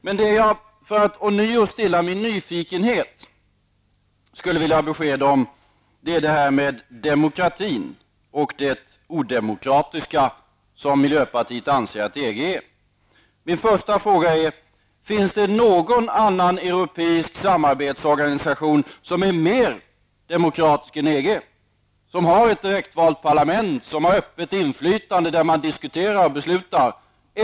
Men det jag för att ånyo stilla min nyfikenhet skulle vilja ha besked om är det här med demokratin och det odemokratiska som miljöpartiet anser att EG Min första fråga är: Finns det någon annan europeisk samarbetsorganisation som är mer demokratisk än EG, som har ett direktvalt parlament, som har öppet inflytande, där man diskuterar och beslutar?